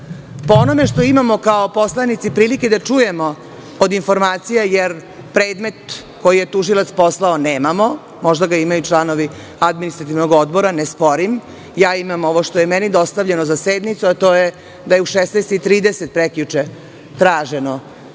onome što imamo kao poslanici prilike da čujemo od informacija, jer predmet koji je tužilac poslao nemamo, možda ga imaju članovi Administrativnog odbora, ne sporim, ja imam ovo što je meni dostavljeno za sednicu, a to je da je u 16 i 30 prekjuče traženo